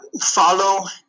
follow